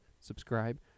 subscribe